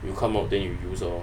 you come out then you use lor